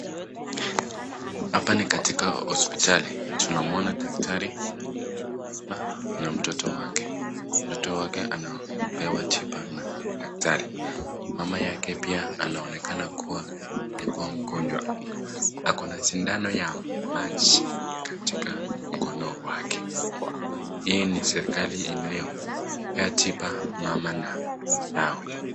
Hapa ni katika hospitali tunamuona daktari hapa na mtoto wake mtoto wake anapewa tiba na daktari. Mama yake pia anaonekana kuwa alikuwa mgonjwa ako na sinano ya maji katika mkono wake. Hii ni serekali inayompea tiba mama na mwanwe.